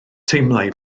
teimlai